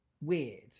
weird